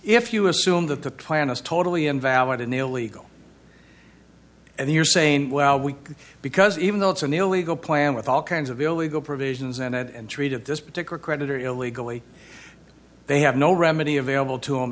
if you assume that the plan is totally invalid and illegal and you're saying well we because even though it's an illegal plan with all kinds of illegal provisions and treat of this particular creditor illegally they have no remedy available to